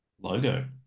logo